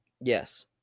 Yes